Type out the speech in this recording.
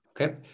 Okay